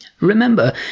Remember